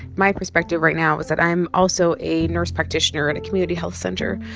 my perspective right now is that i'm also a nurse practitioner at a community health center.